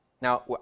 Now